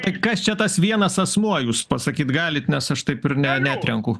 tai kas čia tas vienas asmuo jus pasakyt galit nes aš taip ir ne neatrenku